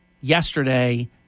yesterday